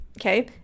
okay